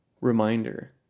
Reminder